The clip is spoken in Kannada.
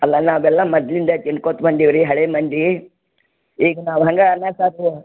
ಅಲ್ಲ ನಾವೆಲ್ಲ ಮೊದ್ಲಿಂದೆ ತಿನ್ಕೋತ ಬಂದೀವಿ ರೀ ಹಳೆ ಮಂದಿ ಈಗ ನಾವು ಹಂಗೆ